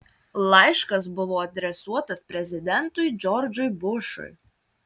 laiškas buvo adresuotas prezidentui džordžui bušui